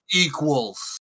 equals